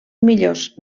millors